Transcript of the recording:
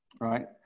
right